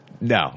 No